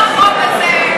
כמו החוק הזה,